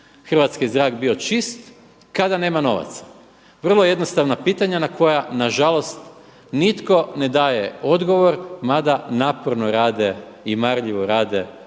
hrvatski zrak bio čist kada nema novaca? Vrlo jednostavna pitanja na koja nažalost nitko ne daje odgovor, mada naporno rade i marljivo rade u